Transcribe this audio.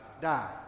die